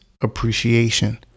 appreciation